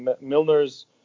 Milner's